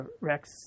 Rex